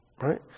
Right